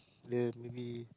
ya maybe